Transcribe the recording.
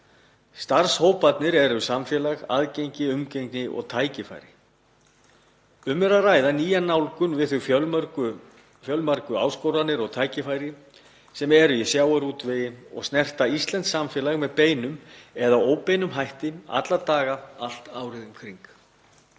sínum; samfélag, aðgengi, umgengni og tækifæri. Um er að ræða nýja nálgun gagnvart þeim fjölmörgu áskorunum og tækifærum sem eru í sjávarútvegi og snerta íslenskt samfélag með beinum eða óbeinum hætti alla daga allt árið um kring.